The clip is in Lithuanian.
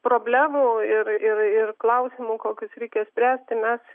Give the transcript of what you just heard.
problemų ir ir ir klausimų kokius reikia spręsti mes